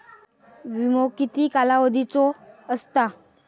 विमो किती कालावधीचो असता?